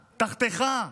תחתיך,